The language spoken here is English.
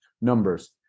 numbers